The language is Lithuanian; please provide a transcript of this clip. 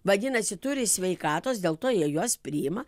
vadinasi turi sveikatos dėl to jie juos priima